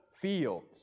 fields